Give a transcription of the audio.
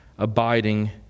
abiding